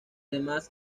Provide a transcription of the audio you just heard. demás